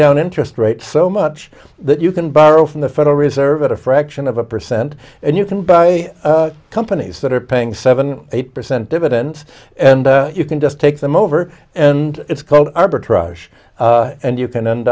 down interest rates so much that you can borrow from the federal reserve at a fraction of a percent and you can buy companies that are paying seven eight percent dividend and you can just take them over and it's called arbitrage and you can end